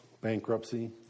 bankruptcy